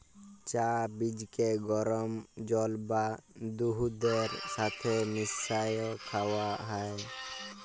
চাঁ বীজকে গরম জল বা দুহুদের ছাথে মিশাঁয় খাউয়া হ্যয়